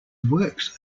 works